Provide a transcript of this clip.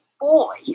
boy